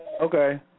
Okay